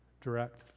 direct